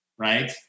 right